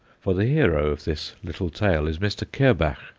for the hero of this little tale is mr. kerbach,